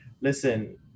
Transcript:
listen